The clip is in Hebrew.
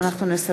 תמה